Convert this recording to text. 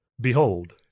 Behold